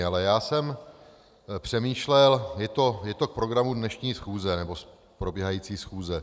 Ale já jsem přemýšlel, je to v programu dnešní schůze, nebo probíhající schůze.